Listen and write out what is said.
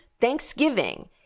Thanksgiving